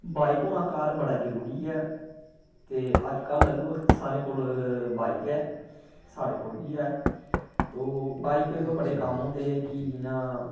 bike होना घर बड़ा जरूरी ऐ ते अज्जकल लगभग सारे कोल बाइक ऐ साढ़े कोल बी ऐ तो बाइकें उप्पर बड़े कम्म होंदे कि जियां